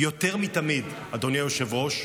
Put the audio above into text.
יותר מתמיד, אדוני היושב-ראש,